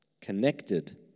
connected